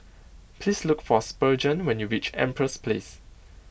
please look for Spurgeon when you reach Empress Place